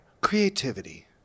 creativity